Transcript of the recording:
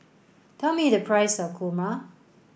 tell me the price of Kurma